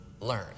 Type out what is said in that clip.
learn